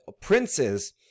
princes